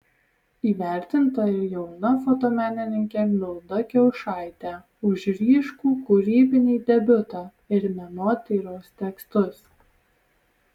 įvertinta ir jauna fotomenininkė milda kiaušaitė už ryškų kūrybinį debiutą ir menotyros tekstus